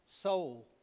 soul